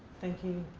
thank you.